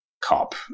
cop